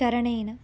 करणेन